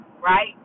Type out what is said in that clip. Right